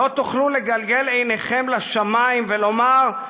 לא תוכלו לגלגל עינכם לשמיים ולומר,